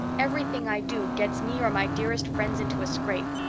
everything i do gets me or my dearest friends into a scrape.